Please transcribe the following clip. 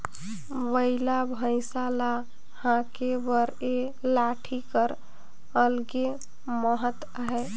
बइला भइसा ल हाके बर ए लाठी कर अलगे महत अहे